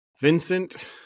Vincent